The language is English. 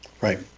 Right